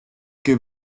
que